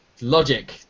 Logic